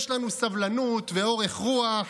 יש לנו סבלנות ואורך רוח,